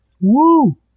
Woo